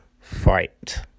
fight